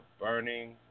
burning